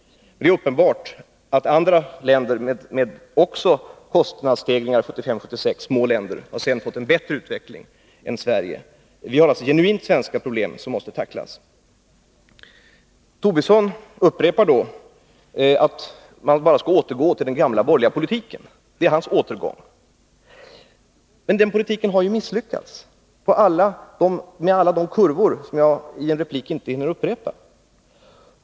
Men det är uppenbart att andra små länder som också hade kostnadsstegringar 1975-1976 sedan har fått en bättre utveckling än Sverige. Vi har alltså genuint svenska problem som måste tacklas. Lars Tobisson upprepar att man skall återgå till den gamla borgerliga politiken — det är hans återgång. Men den politiken har ju misslyckats med alla de kurvor som pekar fel, vilka jag i en replik inte hinner relatera igen.